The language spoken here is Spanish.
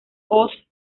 hoz